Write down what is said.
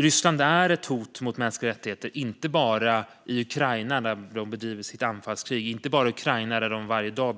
Ryssland är ett hot mot mänskliga rättigheter inte bara i Ukraina där det bedriver sitt anfallskrig och där det varje dag